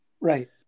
Right